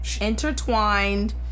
intertwined